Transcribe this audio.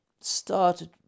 started